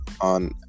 on